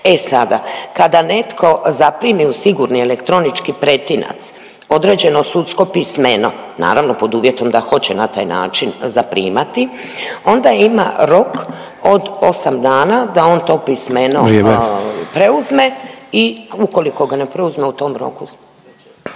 E sada, kada netko zaprimi u sigurni elektronički pretinac određeno sudsko pismeno, naravno pod uvjetom da hoće na taj način zaprimati, onda ima rok od osam dana da on to pismeno .../Upadica Sanader: Vrijeme./... preuzme i ukoliko ga ne preuzme u tom roku